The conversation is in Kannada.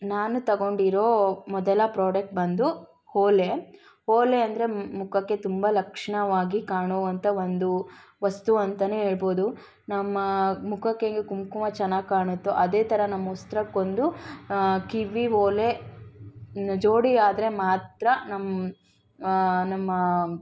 ನಾನು ತಗೊಂಡಿರೋ ಮೊದಲ ಪ್ರೊಡಕ್ಟ್ ಬಂದು ಓಲೆ ಓಲೆ ಅಂದರೆ ಮುಖಕ್ಕೆ ತುಂಬ ಲಕ್ಷಣವಾಗಿ ಕಾಣುವಂಥ ಒಂದು ವಸ್ತು ಅಂತಾನೆ ಹೇಳ್ಬೋದು ನಮ್ಮ ಮುಖಕ್ಕೆ ಹೆಂಗೆ ಕುಂಕುಮ ಚೆನ್ನಾಗಿ ಕಾಣುತ್ತೋ ಅದೇ ಥರ ನಮ್ಮ ವಸ್ತ್ರಕ್ಕೊಂದು ಕಿವಿ ಓಲೆ ಜೋಡಿಯಾದರೆ ಮಾತ್ರ ನಮ್ಮ ನಮ್ಮ